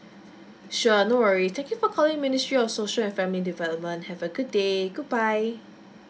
sure no worry thank you for calling ministry of social and family development have a good day goodbye